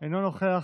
אינו נוכח.